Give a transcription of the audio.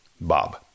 Bob